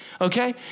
okay